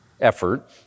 effort